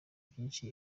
byinshi